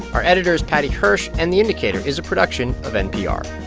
our editor is paddy hirsch. and the indicator is a production of npr